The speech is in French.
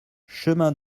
chemin